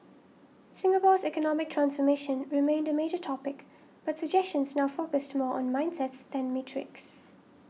Singapore's economic transformation remained a major topic but suggestions now focused more on mindsets than metrics